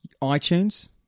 iTunes